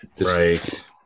Right